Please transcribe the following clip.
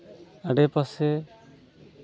ᱟᱰᱮ ᱯᱟᱥᱮ